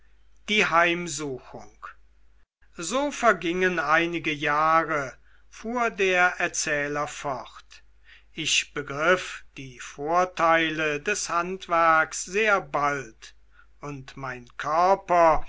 die heimsuchung so vergingen einige jahre fuhr der erzähler fort ich begriff die vorteile des handwerks sehr bald und mein körper